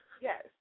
Yes